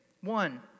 One